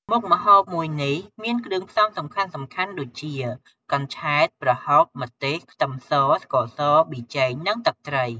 មុខម្ហូបមួយនេះមានគ្រឿងផ្សំសំខាន់ៗដូចជា កញ្ឆែត ប្រហុក ម្ទេស ខ្ទឹមស ស្ករស ប៊ីចេង និងទឹកត្រី។